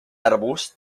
arbust